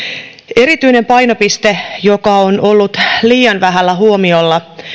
erityinen painopiste joka on ollut liian vähällä huomiolla